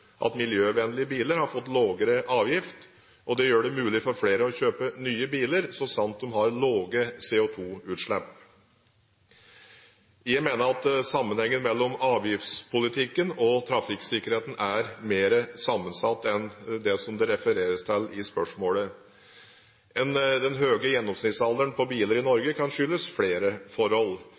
at miljøvennlige biler har fått lavere avgift. Dette gjør det mulig for flere å kjøpe nye biler så sant de har lave CO2-utslipp. Jeg mener at sammenhengen mellom avgiftspolitikken og trafikksikkerheten er mer sammensatt enn det det refereres til i spørsmålet. Den høye gjennomsnittsalderen på biler i Norge kan skyldes flere forhold.